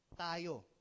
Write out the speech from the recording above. Tayo